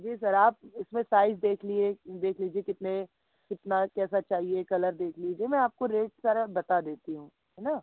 जी sir आप इसमें size देख लिए देख लीजिए कितने कितना कैसा चाहिए कलर देख लीजिए मैं आपको रेट सारा बता देती हूँ है ना